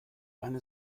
eine